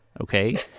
okay